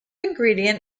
ingredient